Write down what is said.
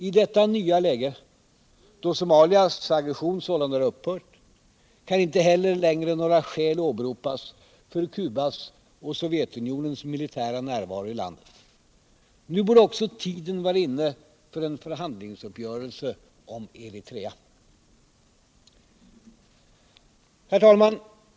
I detta nya läge, då Somalias aggression har upphört, kan inte längre några skäl åberopas för Cubas och Sovjetunionens militära närvaro i landet. Nu borde också tiden vara inne för en förhandlingsuppgörelse om Eritrea.